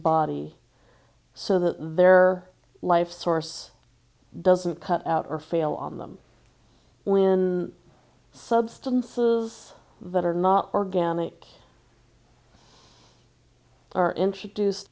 body so that their life source doesn't cut out or fail on them when substances that are not organic are introduced